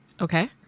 Okay